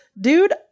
dude